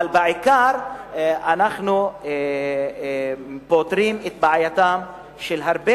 אבל בעיקר אנחנו פותרים את בעייתם של הרבה